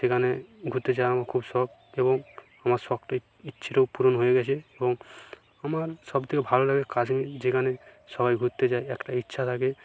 সেখানে ঘুরতে যাওয়া আমার খুব শখ এবং আমার শখটি ইচ্ছেটাও পূরণ হয়ে গেছে এবং আমার সবথেকে ভালো লাগে কাশ্মীর যেখানে সবাই ঘুরতে যায় একটা ইচ্ছা থাকে